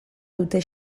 dute